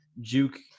juke